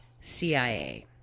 CIA